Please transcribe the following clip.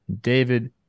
David